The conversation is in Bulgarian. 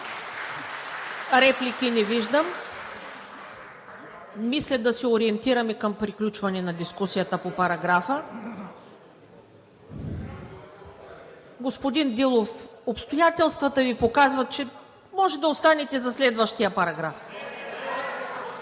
Реплики? Не виждам. Мисля да се ориентираме към приключване на дискусията по параграфа. Господин Дилов, обстоятелствата Ви показват, че може да останете за следващия параграф.